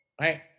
right